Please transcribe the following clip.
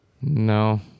No